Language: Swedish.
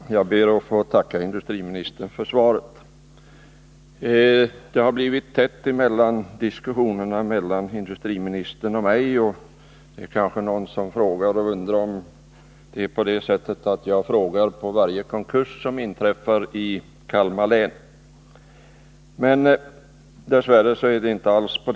Herr talman! Jag ber att få tacka industriministern för svaret. Det har blivit tätt emellan diskussionerna mellan industriministern och mig, och det är kanske någon som undrar om jag ställer frågor om varje konkurs som inträffar i Kalmar län. Dess värre är det inte så.